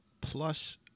plus